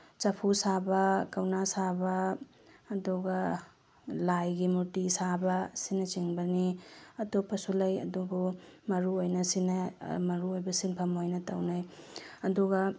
ꯆꯐꯨ ꯁꯥꯕ ꯀꯧꯅꯥ ꯁꯥꯕ ꯑꯗꯨꯒ ꯂꯥꯏꯒꯤ ꯃꯨꯔꯇꯤ ꯁꯥꯕ ꯑꯁꯤꯅꯆꯤꯡꯕꯅꯤ ꯑꯇꯣꯞꯄꯁꯨ ꯂꯩ ꯑꯗꯨꯕꯨ ꯃꯔꯨ ꯑꯣꯏꯅ ꯃꯔꯨꯑꯣꯏꯕ ꯁꯤꯟꯐꯝꯁꯤꯡ ꯑꯣꯏꯅ ꯇꯧꯅꯩ ꯑꯗꯨꯒ